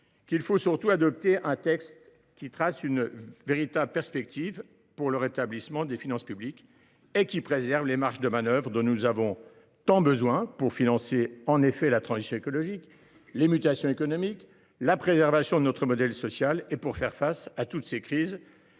qu’il faut surtout adopter un texte qui trace une véritable perspective pour le rétablissement des finances publiques et qui préserve les marges de manœuvre dont nous aurons besoin pour financer la transition écologique, les mutations économiques, la préservation de notre modèle social et pour faire face à toutes les crises